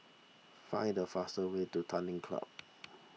find the faster way to Tanglin Club